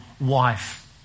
wife